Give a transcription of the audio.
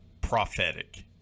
prophetic